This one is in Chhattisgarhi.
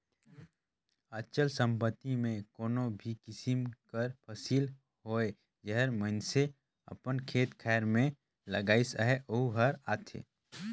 अचल संपत्ति में कोनो भी किसिम कर फसिल होए जेहर मइनसे अपन खेत खाएर में लगाइस अहे वहूँ हर आथे